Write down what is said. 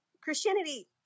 Christianity